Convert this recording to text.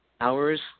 hours